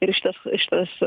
ir šitas šitas